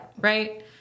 Right